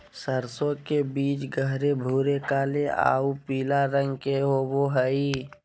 सरसों के बीज गहरे भूरे काले आऊ पीला रंग के होबो हइ